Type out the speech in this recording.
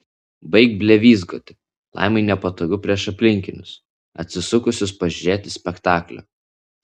baik blevyzgoti laimai nepatogu prieš aplinkinius atsisukusius pažiūrėti spektaklio